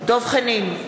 דב חנין,